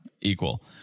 equal